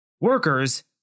workers